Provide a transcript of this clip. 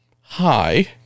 hi